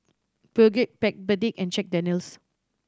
Peugeot Backpedic and Jack Daniel's